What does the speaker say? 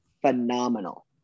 phenomenal